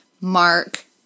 Mark